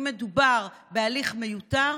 אם מדובר בהליך מיותר,